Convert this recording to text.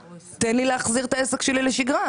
הוא רוצה להחזיר את העסק לשגרה.